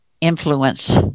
influence